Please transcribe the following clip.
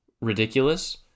ridiculous